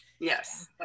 Yes